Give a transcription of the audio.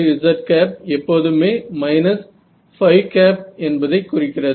rz எப்போதுமே என்பதைக் குறிக்கிறது